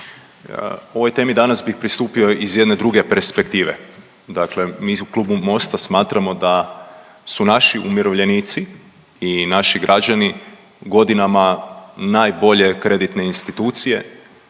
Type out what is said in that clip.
Ovoj temi danas bih pristupio iz jedne druge perspektive, dakle mi u Klubu Mosta smatramo da su naši umirovljenici i naši građani godinama najbolje kreditne institucije